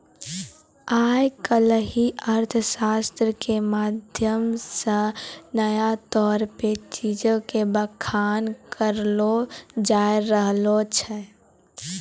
आइ काल्हि अर्थशास्त्रो के माध्यम से नया तौर पे चीजो के बखान करलो जाय रहलो छै